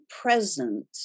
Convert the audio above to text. present